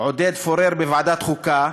עודד פורר בוועדת חוקה